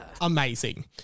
amazing